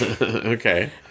okay